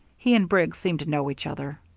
he and briggs seemed to know each other.